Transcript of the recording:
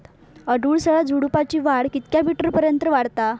अडुळसा झुडूपाची वाढ कितक्या मीटर पर्यंत वाढता?